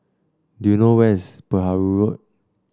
do you know where is Perahu Road